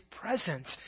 presence